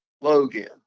Logan